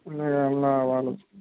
వంద గ్రాముల అవాలు